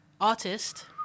artist